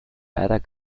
leider